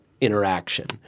Interaction